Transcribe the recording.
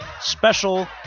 special